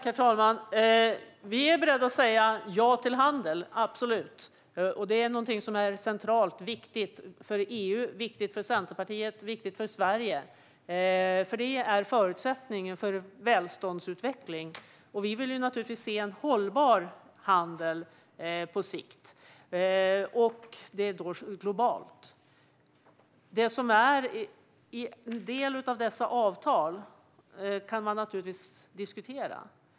Herr talman! Vi är beredda att säga ja till handel - absolut. Det är någonting som är centralt och viktigt för EU, för Centerpartiet och för Sverige. Det är nämligen förutsättningen för en välståndsutveckling. Vi vill naturligtvis se en hållbar handel på sikt globalt. En del av dessa avtal kan man naturligtvis diskutera.